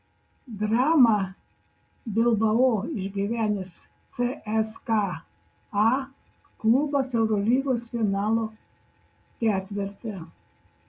dramą bilbao išgyvenęs cska klubas eurolygos finalo ketverte